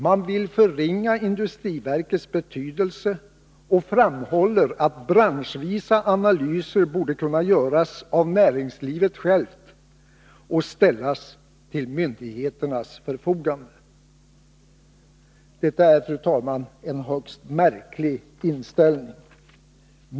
Man vill förringa industriverkets betydelse och framhåller att branschvisa analyser borde kunna göras av näringslivet självt och ställas till myndigheternas förfogande. Det är, fru talman, en högst märklig inställning.